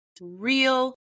real